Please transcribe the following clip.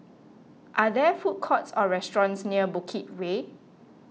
are there food courts or restaurants near Bukit Way